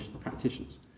practitioners